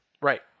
Right